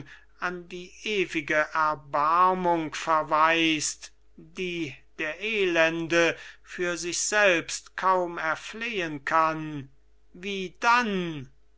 an die ewige erbarmung verweist die der elende für sich selbst kaum erflehen kann wie dann nachdrücklicher lauter wie dann